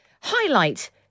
highlight